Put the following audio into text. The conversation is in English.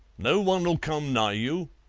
no one'll come nigh you,